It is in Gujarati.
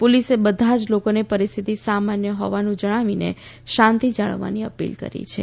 પોલીસે બધા જ લોકોને પરિસ્થિતિ સામાન્ય હોવાનું જણાવીને શાંતિ જાળવવાની અપીલ કરી છે